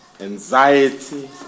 anxiety